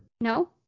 No